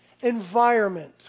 environment